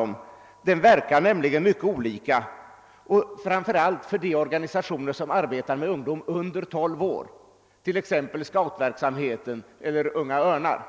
Den bidragshöjning som statsrådet talar om verkar nämligen mycket olika och är oförmånlig framför allt för de organisationer som arbetar med ungdom under 12 år, t.ex. scoutrörelsen eller Unga örnar.